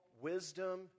wisdom